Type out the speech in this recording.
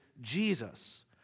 Jesus